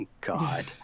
God